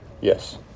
Yes